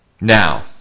Now